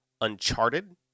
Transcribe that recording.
Uncharted